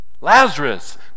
Lazarus